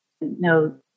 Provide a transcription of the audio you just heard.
no